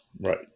right